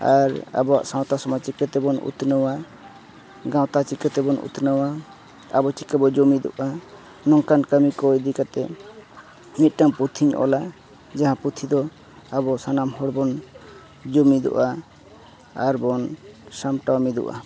ᱟᱨ ᱟᱵᱚᱣᱟᱜ ᱥᱟᱶᱛᱟ ᱥᱚᱢᱟᱡᱽ ᱪᱤᱠᱟᱹ ᱛᱮᱵᱚᱱ ᱩᱛᱱᱟᱹᱣᱟ ᱜᱟᱶᱛᱟ ᱪᱤᱠᱟᱹ ᱛᱮᱵᱚᱱ ᱩᱛᱱᱟᱹᱣᱟ ᱟᱵᱚ ᱪᱤᱠᱟᱹ ᱵᱚᱱ ᱡᱩᱢᱤᱫᱚᱜᱼᱟ ᱱᱚᱝᱠᱟᱱ ᱠᱟᱹᱢᱤ ᱠᱚ ᱤᱫᱤ ᱠᱟᱛᱮᱫ ᱢᱤᱫᱴᱟᱝ ᱯᱩᱛᱷᱤᱧ ᱚᱞᱟ ᱡᱟᱦᱟᱸ ᱯᱩᱛᱷᱤ ᱫᱚ ᱟᱵᱚ ᱥᱟᱱᱟᱢ ᱦᱚᱲ ᱵᱚᱱ ᱡᱩᱢᱤᱚᱫᱚᱜᱼᱟ ᱟᱨ ᱵᱚᱱ ᱥᱟᱢᱴᱟᱣ ᱢᱤᱫᱚᱜᱼᱟ